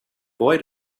boy